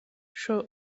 show